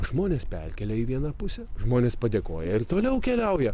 žmones perkelia į vieną pusę žmonės padėkoja ir toliau keliauja